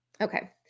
Okay